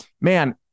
Man